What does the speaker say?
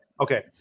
Okay